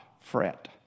fret